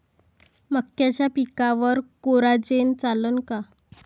मक्याच्या पिकावर कोराजेन चालन का?